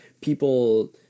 people